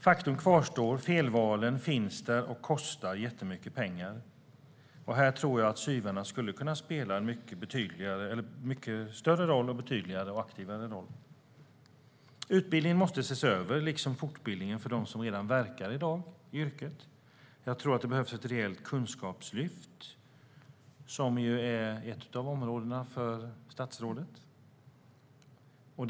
Faktum kvarstår: Felvalen finns där och kostar jättemycket pengar. Här tror jag att SYV:arna skulle kunna spela en mycket större och aktivare roll. Utbildningen måste ses över liksom fortbildningen för dem som redan verkar i yrket i dag. Jag tror att det behövs ett reellt kunskapslyft, som ju är ett av statsrådets ansvarsområden.